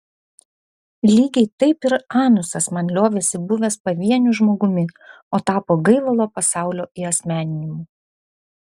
lygiai taip ir anusas man liovėsi buvęs pavieniu žmogumi o tapo gaivalo pasaulio įasmeninimu